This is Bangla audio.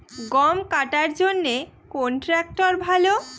গম কাটার জন্যে কোন ট্র্যাক্টর ভালো?